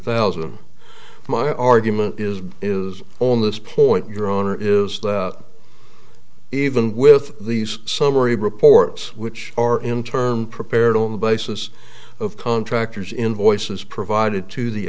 thousand my argument is is on this point your honor is that even with these summary reports which are in terms prepared on the basis of contractors invoices provided to the